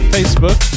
Facebook